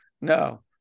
no